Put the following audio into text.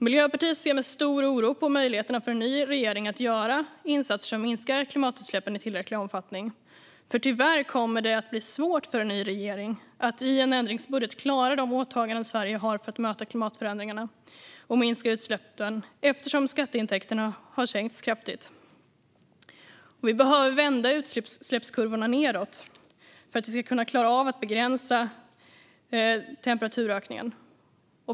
Miljöpartiet ser med stor oro på möjligheterna för en ny regering att göra insatser för att minska klimatutsläppen i tillräcklig omfattning. Tyvärr kommer det att bli svårt för en ny regering att i en ändringsbudget klara de åtaganden Sverige har för att möta klimatförändringarna och minska utsläppen, eftersom skatteintäkterna har sänkts kraftigt. Vi behöver vända utsläppskurvorna nedåt för att klara av att begränsa temperaturökningen.